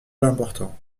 l’important